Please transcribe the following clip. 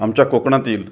आमच्या कोकणातील